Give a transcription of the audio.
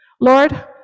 Lord